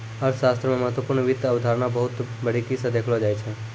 अर्थशास्त्र मे महत्वपूर्ण वित्त अवधारणा बहुत बारीकी स देखलो जाय छै